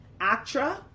ACTRA